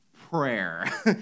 prayer